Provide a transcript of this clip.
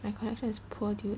your connection is poor dude